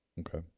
Okay